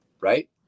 right